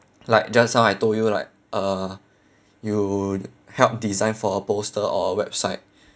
like just now I told you like uh you help design for a poster or a website